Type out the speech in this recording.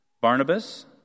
Barnabas